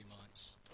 months